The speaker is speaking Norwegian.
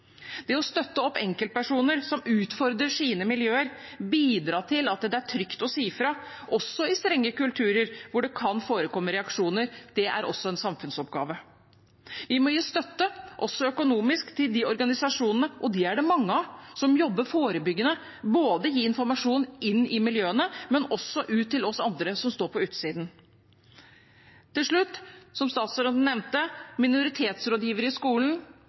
Det å støtte opp enkeltpersoner som utfordrer sine miljøer, og bidra til at det er trygt å si fra også i strenge kulturer hvor det kan forekomme reaksjoner, er også en samfunnsoppgave. Vi må gi støtte, også økonomisk, til de organisasjonene – og dem er det mange av – som jobber forebyggende, både gi informasjon inn i miljøene og ut til oss andre, som står på utsiden. Til slutt, som statsråden nevnte – minoritetsrådgivere i skolen.